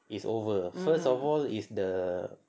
is over lah first of all is the